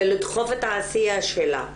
ולדחוף את העשייה שלה.